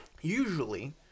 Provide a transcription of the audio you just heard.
Usually